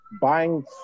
buying